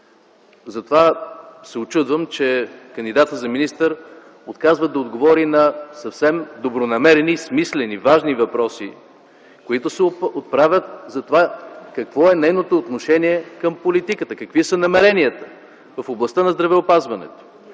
Затова се учудвам, че кандидатът за министър отказва да отговори на съвсем добронамерени и смислени, важни въпроси, които се отправят за това какво е нейното отношение към политиката, какви са намеренията й в областта на здравеопазването.